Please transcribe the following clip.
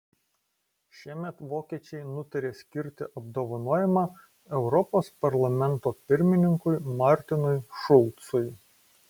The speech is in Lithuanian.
šiemet vokiečiai nutarė skirti apdovanojimą europos parlamento pirmininkui martinui šulcui